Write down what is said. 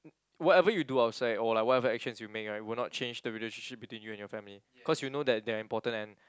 whatever you do outside or like whatever actions you make right would not change the relationship between you and your family cause you know that they're important and